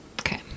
Okay